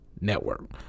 Network